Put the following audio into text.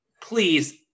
please